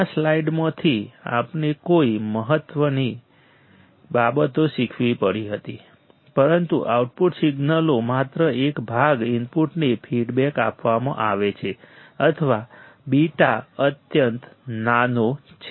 આ સ્લાઇડમાંથી આપણે કઈ મહત્ત્વની બાબતો શીખવી પડી હતી પરંતુ આઉટપુટ સિગ્નલનો માત્ર એક ભાગ ઇનપુટને ફીડબેક આપવામાં આવે છે અથવા β અત્યંત નાનો છે